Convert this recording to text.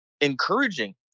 encouraging